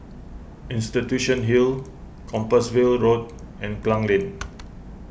Institution Hill Compassvale Road and Klang Lane